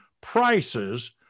prices